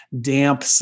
damp